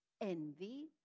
Envy